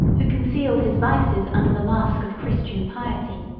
who concealed his vices under the mask of christian piety,